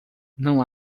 não